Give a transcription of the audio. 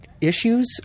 issues